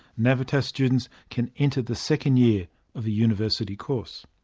navitas students can enter the second year of a university course.